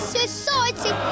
society